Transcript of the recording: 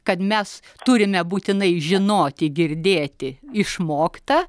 kad mes turime būtinai žinoti girdėti išmokta